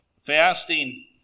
Fasting